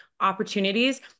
opportunities